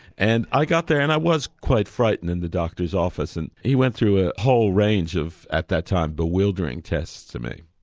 and i got there and i was quite frightened in the doctor's office and he went through a whole range of at the time bewildering tests to me.